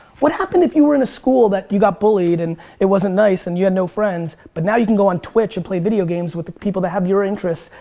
what happened if you were in a school that you go bullied and it wasn't nice and you had no friends but now you can go on twitch and play video games with the people that have your interest.